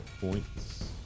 points